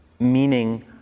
meaning